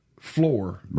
floor